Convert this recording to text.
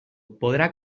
podrà